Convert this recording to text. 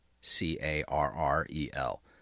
C-A-R-R-E-L